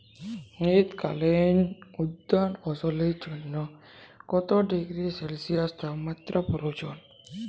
শীত কালীন উদ্যান ফসলের জন্য কত ডিগ্রী সেলসিয়াস তাপমাত্রা প্রয়োজন?